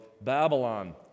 Babylon